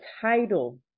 title